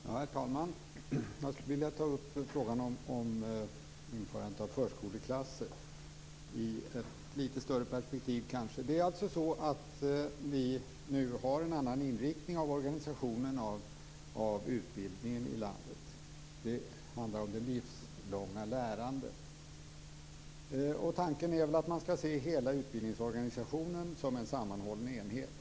Herr talman! Jag skulle vilja ta upp frågan om införandet av förskoleklasser i ett litet större perspektiv. Vi har nu en annan inriktning av organiseringen av utbildningen i landet. Det handlar om det livslånga lärandet. Tanken är att man skall se hela utbildningsorganisationen som en sammanhållen enhet.